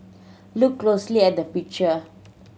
look closely at the picture